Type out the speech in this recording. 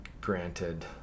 granted